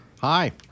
Hi